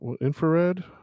Infrared